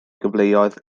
gyfleoedd